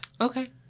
Okay